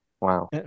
Wow